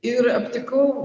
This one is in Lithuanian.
ir aptikau